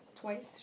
Twice